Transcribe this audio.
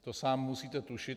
To sám musíte tušit.